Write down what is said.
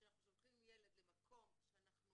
כשאנחנו שולחים ילד למקום שאנחנו